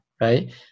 right